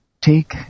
take